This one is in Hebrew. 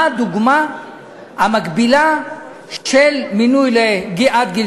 מה הדוגמה המקבילה של מינוי עד גיל